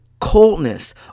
coldness